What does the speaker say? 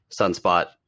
Sunspot